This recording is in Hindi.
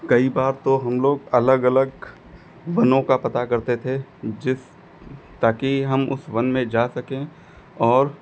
कई बार तो हम लोग अलग अलग वनों का पता करते थे जिस ताकि हम उस वन में जा सकें और